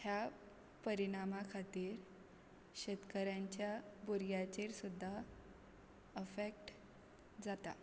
ह्या परिणामा खातीर शेतकाऱ्यांच्या भुरग्यांचेर सुद्दां अफेक्ट जाता